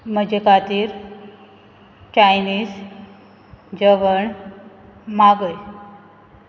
म्हजे खातीर चायनीज जेवण मागय